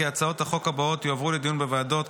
הצעות החוק הבאות יועברו לדיון בוועדות,